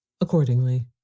Accordingly